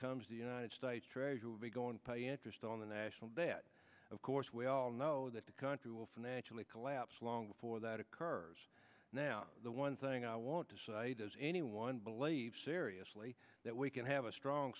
comes the united states treasury will be going pay interest on the national debt of course we all know that the country will financially collapse long before that occurs now the one thing i want to say does anyone believe seriously that we can have a strong